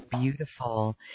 beautiful